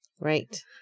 Right